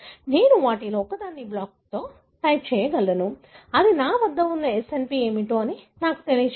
నేను వాటిలో ఒకదాన్ని బ్లాక్లో టైప్ చేయగలను అది నా వద్ద ఉండే SNP ఏమిటో నాకు తెలియజేస్తుంది